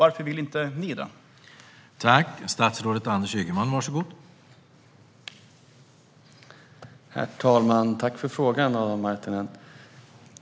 Varför vill inte ni veta det?